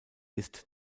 ist